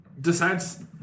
decides